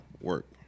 work